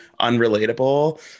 unrelatable